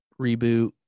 reboot